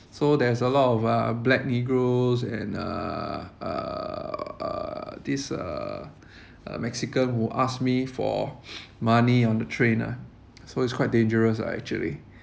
so there's a lot of uh black negroes and uh uh uh this uh uh mexican who asked me for money on the train ah so it's quite dangerous lah actually